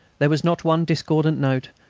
there was not one discordant note,